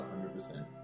100%